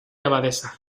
abadesa